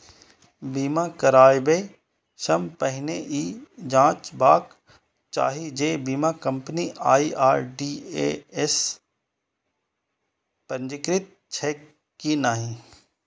बीमा कराबै सं पहिने ई जांचबाक चाही जे बीमा कंपनी आई.आर.डी.ए सं पंजीकृत छैक की नहि